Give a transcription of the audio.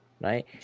Right